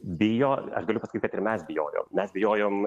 bijo aš galiu pasakyt kad ir mes bijojom mes bijojom